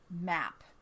map